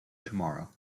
tomorrow